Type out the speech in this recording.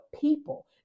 people